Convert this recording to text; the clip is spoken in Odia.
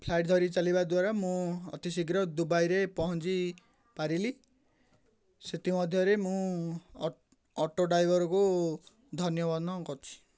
ଫ୍ଲାଇଟ୍ ଧରି ଚାଲିବା ଦ୍ୱାରା ମୁଁ ଅତି ଶୀଘ୍ର ଦୁବାଇରେ ପହଁଞ୍ଚି ପାରିଲି ସେଥିମଧ୍ୟରେ ମୁଁ ଅଟୋ ଡ୍ରାଇଭର୍କୁ ଧନ୍ୟମନେ କରୁଛି